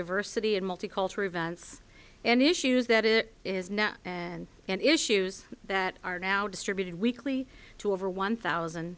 diversity and multi cultural events and issues that it is now and and issues that are now distributed weekly to over one thousand